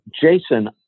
Jason